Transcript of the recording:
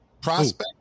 Prospect